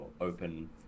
open